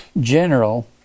general